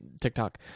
TikTok